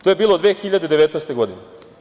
To je bilo 2019. godine.